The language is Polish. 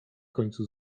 końcu